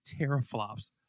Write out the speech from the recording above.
teraflops